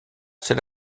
c’est